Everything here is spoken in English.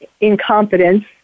incompetence